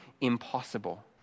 impossible